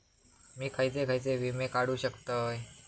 मी खयचे खयचे विमे काढू शकतय?